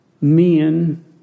men